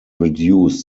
reduced